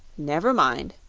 never mind,